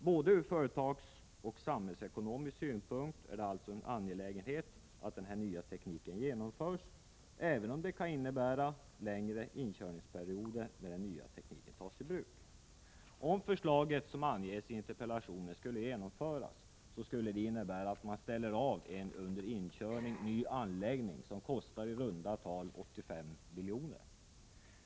Både ur företagsoch samhällsekonomisk synpunkt är det alltså angeläget att denna nya teknik genomförs, även om det kan innebära längre inkörningsperioder när den nya tekniken tas i bruk. Om förslaget som anges i interpellationen skulle genomföras, skulle det innebära att man ställer av en under inkörning ny anläggning som kostar i runda tal 85 miljoner.